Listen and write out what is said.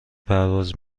پرواز